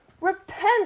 Repent